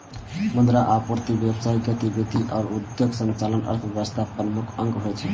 मुद्रा आपूर्ति, व्यावसायिक गतिविधि आ उद्योगक संचालन अर्थव्यवस्थाक प्रमुख अंग होइ छै